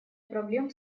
проблем